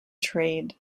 trade